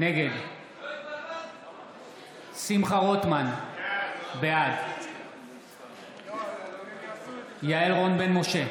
נגד שמחה רוטמן, בעד יעל רון בן משה,